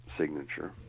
Signature